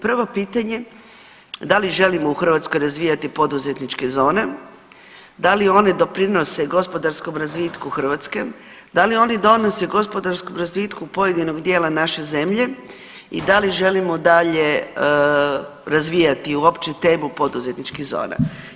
Prvo pitanje da li želimo u Hrvatskoj razvijati poduzetničke zone, da li one doprinose gospodarskom razvitku Hrvatske, da li oni donose razvitku pojedinog dijela naše zemlje i da li želimo dalje razvijati uopće temu poduzetničkih zona.